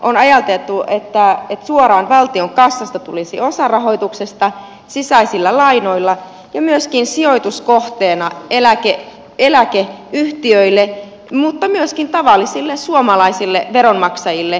on ajateltu että suoraan valtion kassasta tulisi osa rahoituksesta sisäisillä lainoilla ja se olisi myöskin sijoituskohteena eläkeyhtiöille mutta myöskin tavallisille suomalaisille veronmaksajille